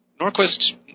Norquist